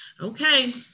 Okay